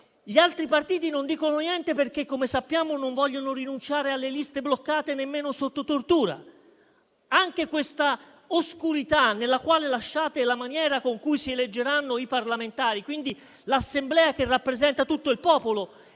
gli altri partiti non dicono niente perché, come sappiamo, non vogliono rinunciare alle liste bloccate, nemmeno sotto tortura. Anche questa oscurità, nella quale lasciate la modalità con cui si eleggeranno i parlamentari, quindi l'Assemblea che rappresenta tutto il popolo,